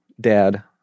dad